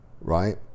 Right